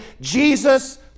Jesus